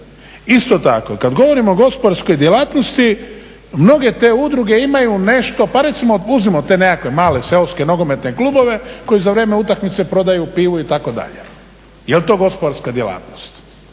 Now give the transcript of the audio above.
Isto tako, kad govorimo o gospodarskoj djelatnosti mnoge te udruge imaju nešto pa recimo, uzmimo te nekakve male seoske nogometne klubove koji za vrijeme utakmice prodaju pivu itd. Jel' to gospodarska djelatnost?